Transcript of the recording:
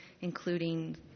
including